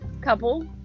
couple